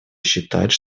считать